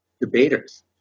debaters